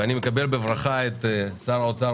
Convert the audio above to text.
אני מקבל בברכה את שר האוצר,